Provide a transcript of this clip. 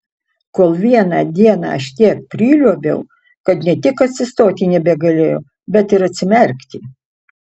kol vieną dieną aš tiek priliuobiau kad ne tik atsistoti nebegalėjau bet ir atsimerkti